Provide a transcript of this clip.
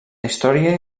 història